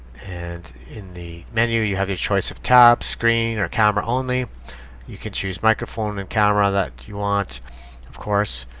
and in the menu, you have a choice of tab, screen or camera only you can choose microphone and camera that you want of course